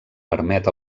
permet